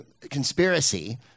conspiracy